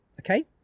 okay